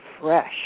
fresh